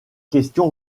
questions